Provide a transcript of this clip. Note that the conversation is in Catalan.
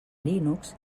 linux